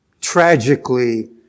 tragically